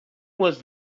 was